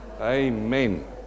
Amen